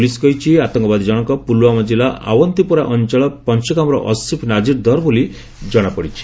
police କହିଛି ଆତଙ୍କବାଦୀଜଣଙ୍କ ପୁଲୱାମା କିଲ୍ଲା ଅଓ୍ୱନ୍ତିପୋରା ଅଞ୍ଚଳ ପଞ୍ଚଗାମର ଅସିଫ ନାଜିର ଦର ବୋଲି ଜଣାପଡିଛି